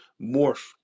morph